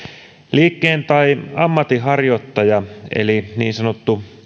liikkeen tai ammatinharjoittaja eli niin sanottu